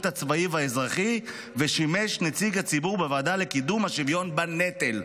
הצבאי והאזרחי ושימש נציג הציבור בוועדה לקידום השוויון בנטל".